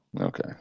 Okay